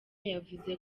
yavuze